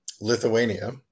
Lithuania